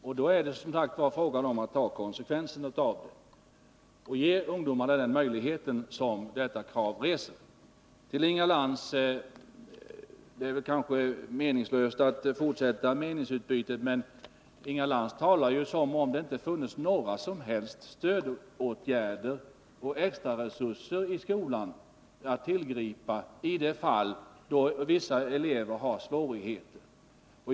Då gäller det som sagt att ta konsekvenserna av detta och ge ungdomarna den möjlighet som detta krav ställer. Till Inga Lantz vill jag säga att det kanske är meningslöst att fortsätta meningsutbytet. Men Inga Lantz talar som om det inte fanns några som helst stödåtgärder och extraresurser i skolan att tillgå i de fall då vissa elever har svårigheter.